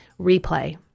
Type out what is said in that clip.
replay